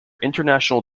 international